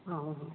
অঁ অঁ